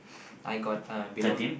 I got uh below